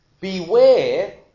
Beware